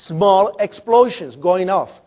small explosions going off